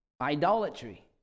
idolatry